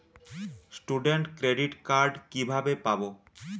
Student credit card কিভাবে পাব?